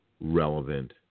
relevant